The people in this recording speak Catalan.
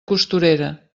costurera